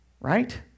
right